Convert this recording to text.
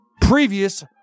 previous